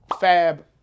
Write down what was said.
Fab